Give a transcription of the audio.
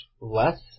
less